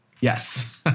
Yes